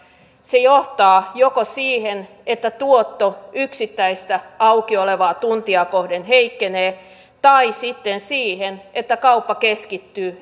se johtaa joko siihen että tuotto yksittäistä aukiolotuntia kohden heikkenee tai sitten siihen että kauppa keskittyy